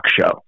show